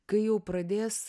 kai jau pradės